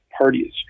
parties